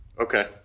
Okay